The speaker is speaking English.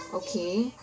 okay